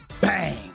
Bang